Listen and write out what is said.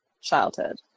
childhood